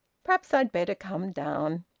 perhaps i'd better come down.